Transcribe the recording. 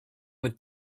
with